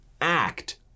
act